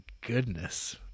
goodness